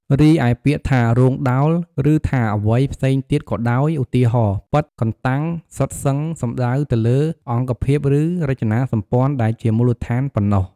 រីឯ ពាក្យថារោងដោល ឬថាអ្វីផ្សេងទៀតក៏ដោយ ឧទាហរណ៍ ប៉ិត, កន្តាំង... សុទ្ធសឹង សំដៅទៅលើអង្គភាពឬរចនាសម្ព័ន្ធដែលជាមូលដ្ឋានប៉ុណ្ណោះ។